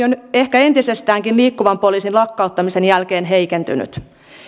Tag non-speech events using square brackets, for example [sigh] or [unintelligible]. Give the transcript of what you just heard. [unintelligible] on ehkä entisestäänkin liikkuvan poliisin lakkauttamisen jälkeen heikentynyt